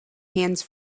hands